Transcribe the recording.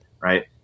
right